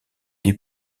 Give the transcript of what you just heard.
des